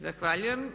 Zahvaljujem.